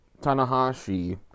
Tanahashi